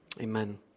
Amen